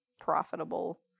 profitable